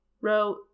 wrote